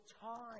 time